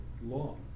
law